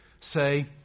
say